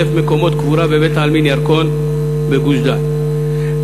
מקומות קבורה בבית-עלמין "ירקון" בגוש-דן,